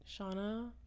shauna